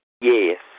Yes